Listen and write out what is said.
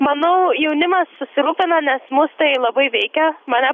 manau jaunimas susirūpino nes mus tai labai veikia mane